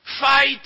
Fight